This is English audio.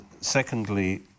secondly